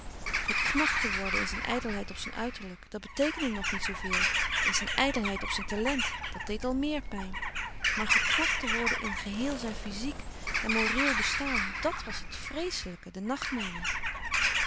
geknakt te worden in zijn ijdelheid op zijn uiterlijk dat beteekende nog niet zoo veel in zijn ijdelheid op zijn talent dat deed al meer pijn maar geknakt te worden in gehéel zijn fyziek en moreel bestaan dat was het vreeslijke de nachtmerrie